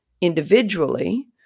individually